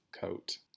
coat